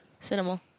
Cinema